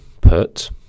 put